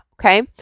okay